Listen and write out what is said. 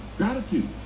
gratitude